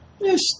Yes